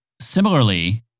Similarly